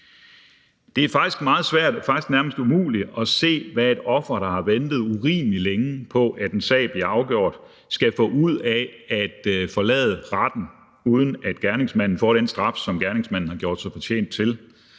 svært, faktisk nærmest umuligt, at se, hvad et offer, der har ventet urimelig længe på, at en sag bliver afgjort, skal få ud af at forlade retten, uden at gerningsmanden får den straf, som gerningsmanden har gjort sig fortjent til,